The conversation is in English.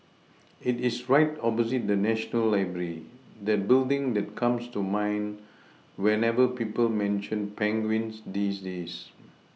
it is right opposite the national library that building that comes to mind whenever people mention penguins these days